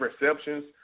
receptions